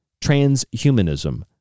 transhumanism